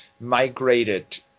migrated